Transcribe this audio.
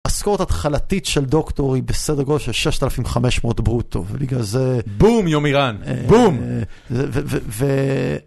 משכורת התחלתית של דוקטור היא בסדר גודל של 6500 ברוטו, ובגלל זה.. בום! יומי רן, בום!